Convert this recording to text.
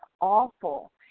awful